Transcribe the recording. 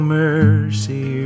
mercy